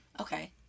Okay